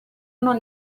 non